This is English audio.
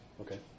Okay